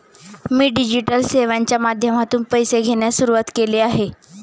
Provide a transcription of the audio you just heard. मी digital सेवांच्या माध्यमातून पैसे घेण्यास सुरुवात केली आहे